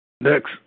Next